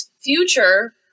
future